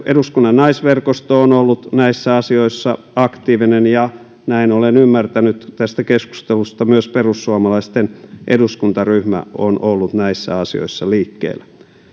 eduskunnan naisverkosto on ollut näissä asioissa aktiivinen ja näin olen ymmärtänyt tästä keskustelusta myös perussuomalaisten eduskuntaryhmä on ollut näissä asioissa liikkeellä